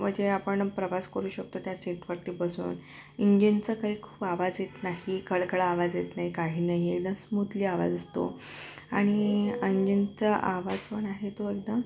म्हणजे आपण प्रवास करू शकतो त्या सीटवरती बसून इंजिनचा काही खूप आवाज येत नाही खडखड आवाज येत नाही काही नाही एकदम स्मूथली आवाज असतो आणि इंजिनचा आवाज पण आहे तो एकदम